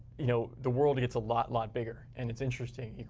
you know the world gets a lot, lot bigger. and it's interesting.